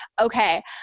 Okay